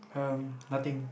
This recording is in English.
um nothing